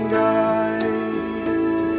guide